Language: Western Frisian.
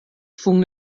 fûn